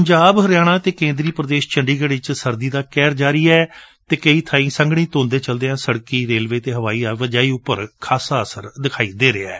ਪੰਜਾਬ ਹਰਿਆਣਾ ਅਤੇ ਕੇਦਰੀ ਪ੍ਦੇਸ਼ ਚੰਡੀਗੜੁ ਵਿਚ ਸਰਦੀ ਦਾ ਕਹਿਰ ਜਾਰੀ ਏ ਅਤੇ ਕਈ ਥਾਈ ਸੰਘਣੀ ਧੂੰਦ ਦੇ ਚਲਦਿਆਂ ਸੜਕੀ ਰੇਲਵੇ ਅਤੇ ਹਵਾਈ ਆਵਾਜਾਈ ਉਪਰ ਖਾਸਾ ਅਸਰ ਪੈ ਰਿਹੈ